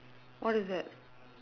what is that